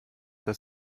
das